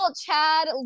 chad